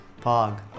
Pog